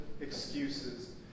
excuses